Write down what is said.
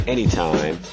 Anytime